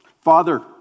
Father